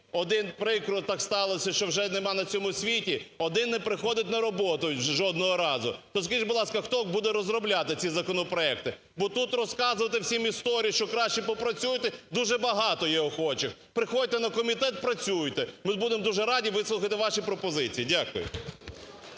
Один, прикро так сталося, що вже нема на цьому світі. Один – не приходить на роботу жодного разу. То скажіть, будь ласка, хто буде розробляти ці законопроекти? Бо тут розказувати всім історію, що краще попрацюйте, дуже багато є охочих. Приходьте на комітет і працюйте. Ми будемо дуже раді вислухати ваші пропозиції. Дякую.